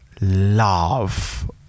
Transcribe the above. love